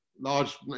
large